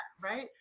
right